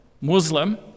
muslim